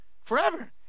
forever